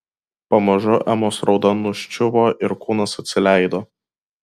pamažu emos rauda nuščiuvo ir kūnas atsileido